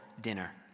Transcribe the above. dinner